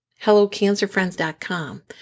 HelloCancerFriends.com